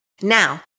now